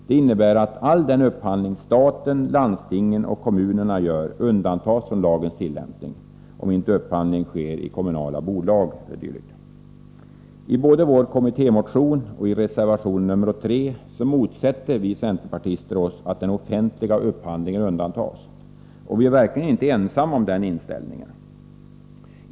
Det innebär att all den upphandling staten, landstingen och kommunerna gör undantas från lagens tillämpning om inte upphandlingen sker av kommunala bolag o.d. Både i vår kommittémotion och i reservation 3 motsätter vi centerpartister oss att den offentliga upphandlingen undantas. Och vi är verkligen inte ensamma om den inställningen.